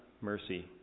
mercy